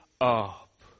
up